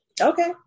okay